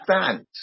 stand